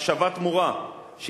"השבת תמורה",